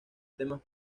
temas